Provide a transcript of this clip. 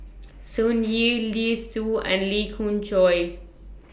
Sun Yee Li Su and Lee Khoon Choy